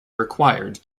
required